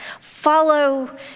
follow